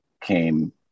came